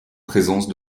présence